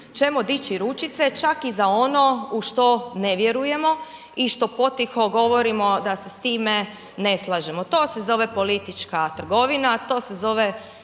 ćemo dići ručice čak i za ono u što ne vjerujemo i što potiho govorimo da se s time ne slažemo. To se zove politička trgovina, to se zove